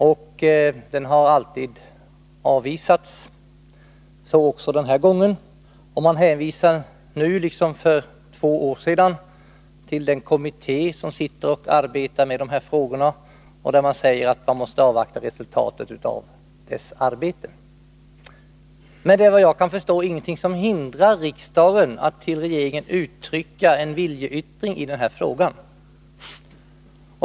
Våra förslag har alltid avvisats, liksom den här gången. Man hänvisar nu, liksom för två år sedan, till att en kommitté arbetar med dessa frågor och att man måste avvakta resultatet av dess arbete. Såvitt jag kan förstå finns det dock ingenting som hindrar riksdagen att inför regeringen göra en viljeyttring i denna fråga.